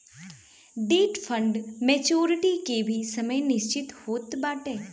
debt fund maturity के भी समय निश्चित होत बाटे